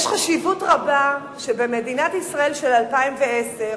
יש חשיבות רבה שבמדינת ישראל של 2010,